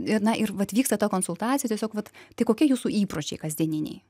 ir na ir vat vyksta ta konsultacija tiesiog vat tai kokie jūsų įpročiai kasdieniniai